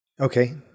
Okay